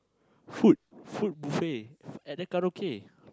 food food buffet at the karaoke